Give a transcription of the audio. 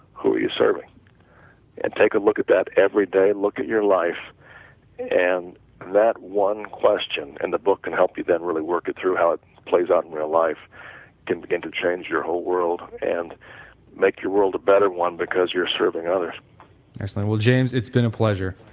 who you're serving and take a look at that every day, look at your life and that one question in the book can help you then really work it through how it plays out in real life, it can begin to change your whole world and make your world a better one, because you're serving others excellent. well, james, it's been a pleasure